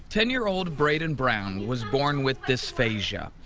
ten year old braden brown was born with dysphasia.